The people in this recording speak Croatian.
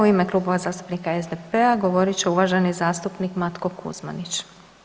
U ime Kluba zastupnika SDP-a govorit će uvaženi zastupnik Matko Kuzmanić.